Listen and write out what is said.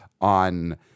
on